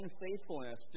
unfaithfulness